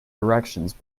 directions